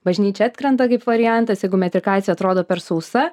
bažnyčia atkrenta kaip variantas jeigu metrikacija atrodo per sausa